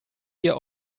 ihr